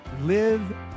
live